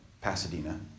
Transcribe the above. Pasadena